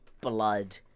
blood